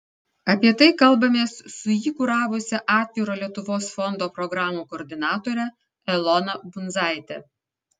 apie tai kalbamės su jį kuravusia atviros lietuvos fondo programų koordinatore elona bundzaite